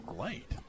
Late